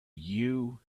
you